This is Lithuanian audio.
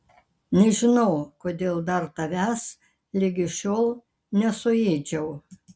nežinau kodėl dar tavęs ligi šiol nesuėdžiau